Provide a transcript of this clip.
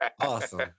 awesome